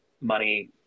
money